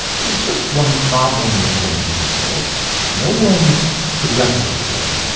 there was just one problem with jennings' results no one could replicate them.